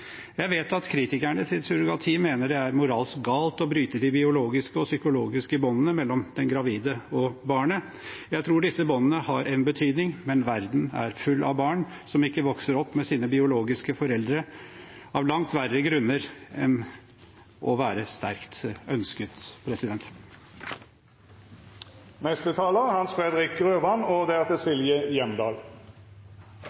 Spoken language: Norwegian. Jeg vet at kritikerne av surrogati mener det er moralsk galt å bryte de biologiske og psykologiske båndene mellom den gravide og barnet. Jeg tror disse båndene har en betydning, men verden er full av barn som ikke vokser opp med sine biologiske foreldre av langt verre grunner enn å være sterkt ønsket.